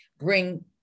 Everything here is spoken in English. bring